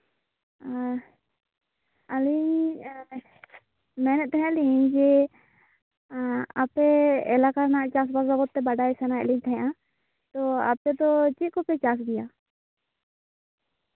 ᱳ ᱟᱞᱤᱧ ᱢᱮᱱᱮᱫ ᱛᱟᱦᱮᱱ ᱞᱤᱧ ᱡᱮ ᱟᱯᱮ ᱮᱞᱟᱠᱟ ᱨᱮᱭᱟᱜ ᱪᱟᱥᱼᱵᱟᱥ ᱵᱟᱵᱚᱫᱛᱮ ᱵᱟᱰᱟᱭ ᱥᱟᱱᱟᱭᱮᱫ ᱞᱤᱧ ᱛᱟᱦᱮᱱᱟ ᱛᱳ ᱟᱯᱮ ᱫᱚ ᱪᱮᱫ ᱠᱚᱯᱮ ᱪᱟᱥ ᱜᱮᱭᱟ